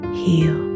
heal